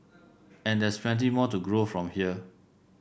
and there's plenty more to grow from here